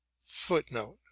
Footnote